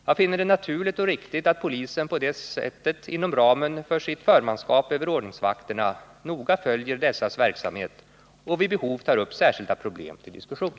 Jag finner det naturligt och riktigt att polisen på detta sätt inom ramen för sitt förmanskap över ordningsvakterna noga följer dessas verksamhet och vid behov tar upp särskilda problem till diskussion.